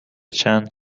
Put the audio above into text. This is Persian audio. چند